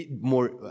More